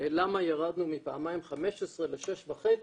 למה ירדנו מפעמיים 15 ל-6.5.